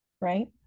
right